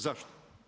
Zašto?